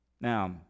Now